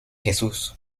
jesús